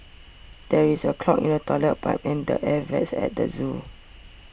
there is a clog in the Toilet Pipe and the Air Vents at the zoo